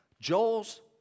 Joel's